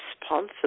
responsible